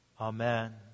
Amen